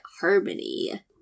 harmony